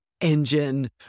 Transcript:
engine